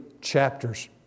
chapters